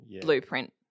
blueprint